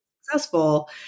successful